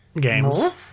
games